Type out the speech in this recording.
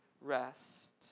rest